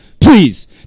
Please